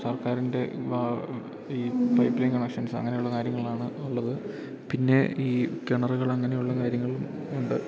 സർക്കാരിൻ്റെ ഈ വ ഈ പൈപ്പ് ലൈൻ കണക്ഷൻസ് അങ്ങനെയുള്ള കാര്യങ്ങളാണ് ഒള്ളത് പിന്നെ ഈ കെണറുകൾ അങ്ങനെയുള്ള കാര്യങ്ങളും ഉണ്ട്